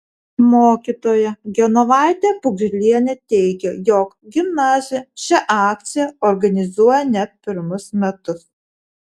mokytoja genovaitė pugžlienė teigė jog gimnazija šią akciją organizuoja ne pirmus metus